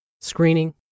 screening